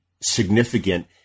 significant